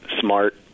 smart